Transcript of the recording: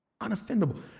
Unoffendable